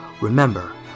Remember